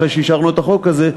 אחרי שאישרנו את החוק הזה,